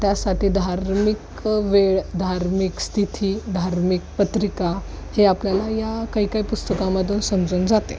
त्यासाठी धार्मिक वेळ धार्मिक स्थिती धार्मिक पत्रिका हे आपल्याला या काही काही पुस्तकामधून समजून जाते